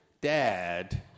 Dad